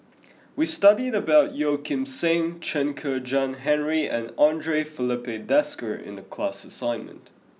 we studied about Yeo Kim Seng Chen Kezhan Henri and Andre Filipe Desker in the class assignment